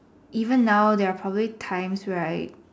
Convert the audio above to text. even now there are probably times where I'd